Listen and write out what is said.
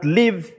live